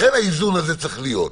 לכן האיזון הזה צריך להיות.